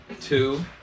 two